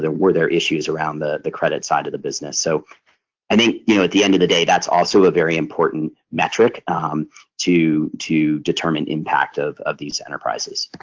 were there issues around the the credit side of the business? so i think you know at the end of the day that's also a very important metric to to determine impact of of these enterprises.